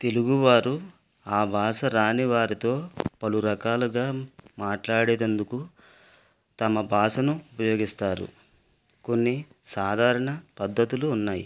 తెలుగువారు ఆ భాష రాని వారితో పలు రకాలుగా మాట్లాడేటందుకు తమ భాషను ఉపయోగిస్తారు కొన్ని సాధారణ పద్ధతులు ఉన్నాయి